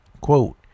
Quote